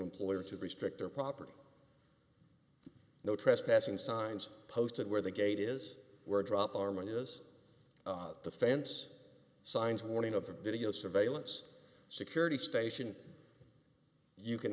employer to restrict their property no trespassing signs posted where the gate is where drop our money has the fence signs warning of the video surveillance security station you can